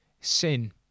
sin